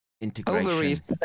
integration